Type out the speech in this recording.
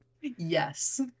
yes